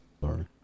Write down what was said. Sorry